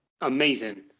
Amazing